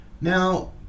now